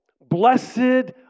Blessed